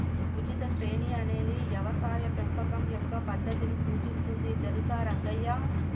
ఉచిత శ్రేణి అనేది యవసాయ పెంపకం యొక్క పద్దతిని సూచిస్తుంది తెలుసా రంగయ్య